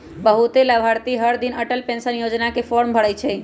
बहुते लाभार्थी हरदिन अटल पेंशन योजना के फॉर्म भरई छई